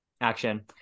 action